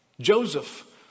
Joseph